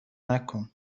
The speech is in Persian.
نکن